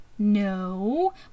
No